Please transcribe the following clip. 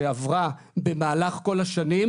שעברה במהלך כל השנים,